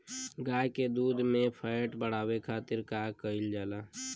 गाय के दूध में फैट बढ़ावे खातिर का कइल जाला?